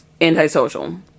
antisocial